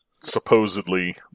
supposedly